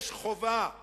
יש חובה עליונה.